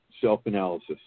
self-analysis